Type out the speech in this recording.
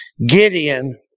Gideon